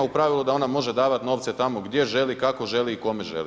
U pravilu da ona može davati novce tamo gdje želi, kako želi i kome želi.